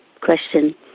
question